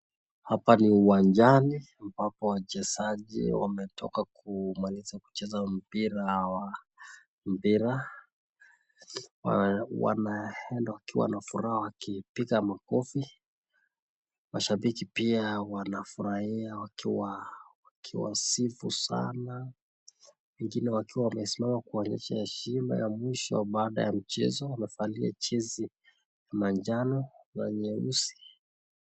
Hapa ni uwanjani ambapo wachezaji wametoka kumaliza kucheza mpira. Wanaenda wakiwa na furaha wakipiga makofi. Mashabiki pia wanafurahia wakiwasifu sana. Wengine wakiwa wamesimama kuonyesha heshima ya mwisho baada ya mchezo. Wamevalia jezi ya manjano na nyeusi.